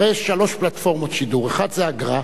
הרי יש שלוש פלטפורמות שידור, אחת היא אגרה.